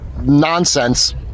nonsense